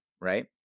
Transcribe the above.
right